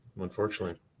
unfortunately